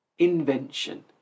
invention